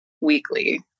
weekly